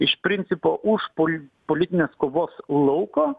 iš principo už pul politinės kovos lauko